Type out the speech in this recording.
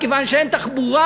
מכיוון שאין תחבורה.